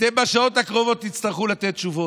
אתם בשעות הקרובות תצטרכו לתת תשובות,